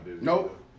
Nope